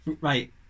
right